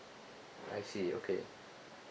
I see okay